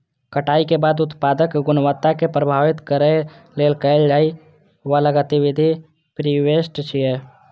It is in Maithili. कटाइ के बाद उत्पादक गुणवत्ता कें प्रभावित करै लेल कैल जाइ बला गतिविधि प्रीहार्वेस्ट छियै